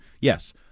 yes